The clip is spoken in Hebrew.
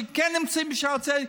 שכן נמצאים בשערי צדק,